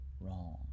wrong